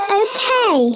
okay